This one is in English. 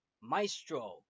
Maestro